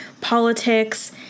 politics